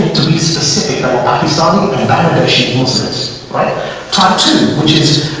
specific assignment variances right tattoo, which is